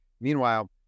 Meanwhile